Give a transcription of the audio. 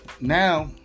Now